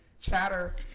chatter